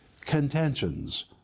contentions